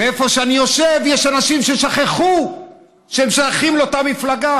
איפה שאני יושב יש אנשים ששכחו שהם שייכים לאותה מפלגה,